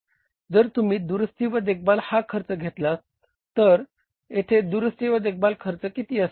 जर तुम्ही दुरुस्ती व देखभाल हा खर्च घेतला तर येथे दुरुस्ती व देखभालाचा खर्च किती असेल